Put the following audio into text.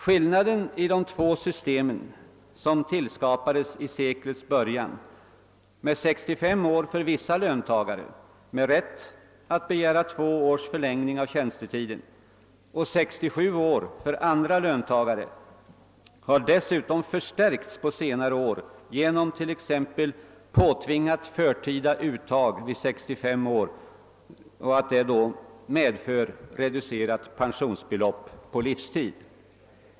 Skillnaden mellan de två systemen som tillskapades i seklets början — 65 år för vissa löntagare, med rätt att begära två års förlängning av tjänstetiden, och 67 år för andra löntagare — har dessutom förstärkts på senare år t.ex. genom påtvingat förtida uttag vid 65 år, som då medför reducerat pensionsbelopp på livstid.